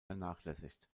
vernachlässigt